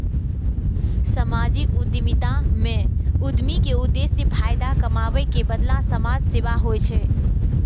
सामाजिक उद्यमिता मे उद्यमी के उद्देश्य फायदा कमाबै के बदला समाज सेवा होइ छै